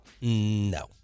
no